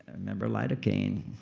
remember lidocaine.